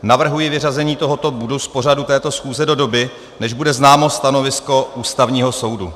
navrhuji vyřazení tohoto bodu z pořadu této schůze do doby, než bude známo stanovisko Ústavního soudu.